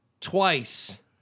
twice